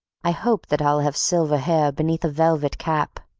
i hope that i'll have silver hair beneath a velvet cap.